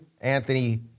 Anthony